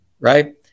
right